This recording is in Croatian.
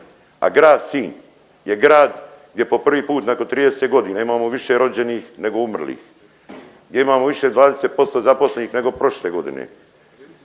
a grad Sinj je grad gdje po prvi put nakon 30 godina imamo više rođenih nego umrlih, gdje imamo više od 20% zaposlenih nego prošle godine,